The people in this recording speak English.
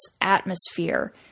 atmosphere